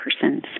person's